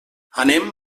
anem